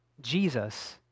Jesus